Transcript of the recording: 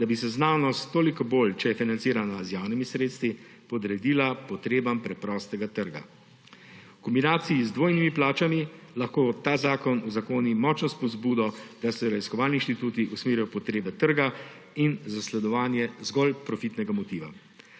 da bi se znanost, toliko bolj če je financirana z javnimi sredstvi, podredila potrebam preprostega trga. V kombinaciji z dvojnimi plačami lahko ta zakon uzakoni močno spodbudo, da se raziskovalni inštituti usmerijo v potrebe trga in zasledovanje zgolj profitnega motiva.